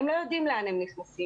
הם לא יודעים לאן הם נכנסים.